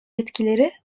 yetkileri